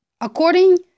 According